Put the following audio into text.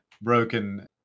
broken